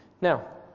Now